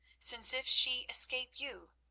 since if she escape you,